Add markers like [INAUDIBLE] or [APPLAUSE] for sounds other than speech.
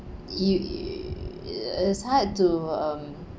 you [NOISE] it's hard to um